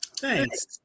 Thanks